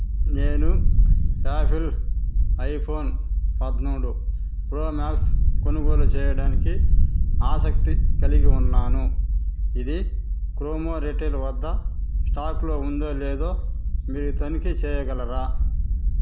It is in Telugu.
నేను యాపిల్ ఐఫోన్ పదమూడు ప్రో మాక్స్ కొనుగోలు చెయ్యడానికి ఆసక్తి కలిగి ఉన్నాను ఇది క్రోమో రిటైల్ వద్ద స్టాక్లో ఉందో లేదో మీరు తనిఖీ చెయ్యగలరా